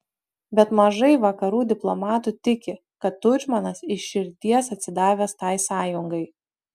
bet mažai vakarų diplomatų tiki kad tudžmanas iš širdies atsidavęs tai sąjungai